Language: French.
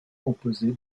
composée